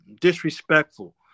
disrespectful